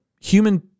human